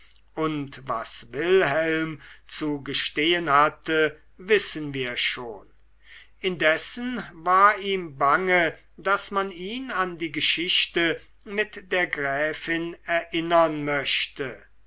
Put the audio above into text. und was wilhelm zu gestehen hatte wissen wir schon indessen war ihm bange daß man ihn an die geschichte mit der gräfin erinnern möchte